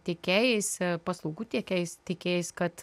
tiekėjais paslaugų tiekėjais tiekėjais kad